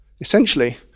essentially